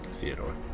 Theodore